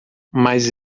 mas